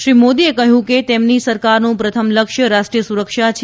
શ્રી મોદીએ કહ્યું કે તેમની સરકારનું પ્રથમ લક્ષ્ય રાષ્ટ્રીય સુરક્ષા છે